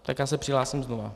Tak já se přihlásím znovu.